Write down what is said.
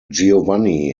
giovanni